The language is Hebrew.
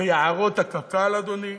ביערות קק"ל, אדוני?